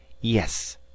yes